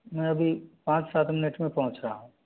मैं अभी पाँच सात मिनट में पहुँच रहा हूँ